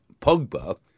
Pogba